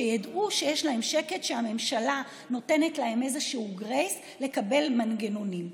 שידעו שיש להם שקט ושהממשלה נותנת להם איזשהו גרייס לקבל מנגנונים.